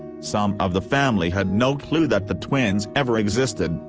some of the family had no clue that the twins ever existed,